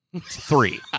Three